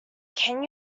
can